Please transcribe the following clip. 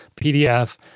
PDF